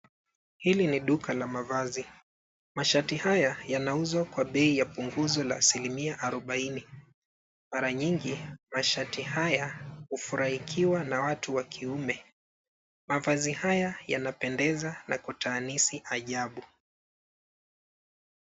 Hili ni duka la mavazi, mashati haya yanauzwa kwa bei yapunguvu ya asilimia arubaini. Mara nyingi mashati haya hufuraikiwa na watu wa kiume. Mavazi haya yanapendeza na kutaanisi ajabu.